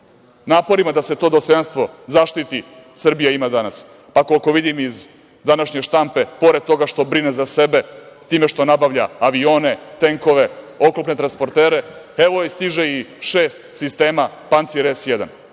naporima da se to dostojanstvo zaštiti, Srbija ima danas. A koliko vidim iz današnje štampe, pored toga što brine za sebe, time što nabavlja avione, tenkove, oklopne transportere, evo je, stiže i šest sistema pancir S-1.